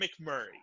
McMurray